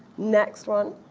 next one?